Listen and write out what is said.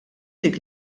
dik